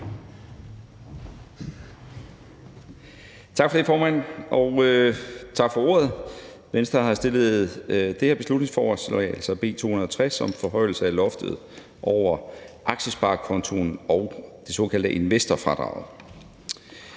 Tak for det, formand, tak for ordet. Venstre har fremsat det her beslutningsforslag, B 260, om forhøjelse af loftet over aktiesparekontoen og det såkaldte investorfradrag.